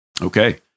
Okay